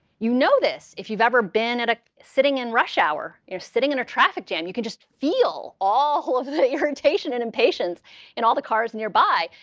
you know this if you've ever been and ah sitting in rush hour. you're sitting in a traffic jam. you can just feel all of the irritation and impatience in all the cars nearby,